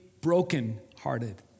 brokenhearted